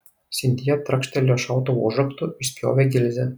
sintija trakštelėjo šautuvo užraktu išspjovė gilzę